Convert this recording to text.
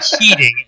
cheating